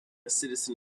citizen